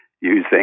using